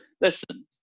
listen